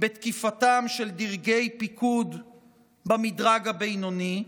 בתקיפתם של דרגי פיקוד במדרג הבינוני?